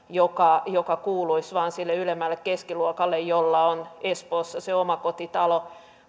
joka joka kuuluisi vain sille ylemmälle keskiluokalle jolla on espoossa se omakotitalo